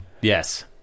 Yes